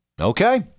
Okay